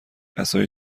عصای